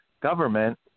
government